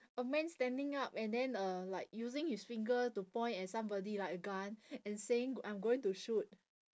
a man standing up and then uh like using his finger to point at somebody like a gun and saying I'm going to shoot